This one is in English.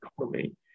economy